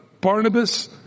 Barnabas